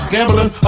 Gambling